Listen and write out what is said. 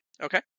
Okay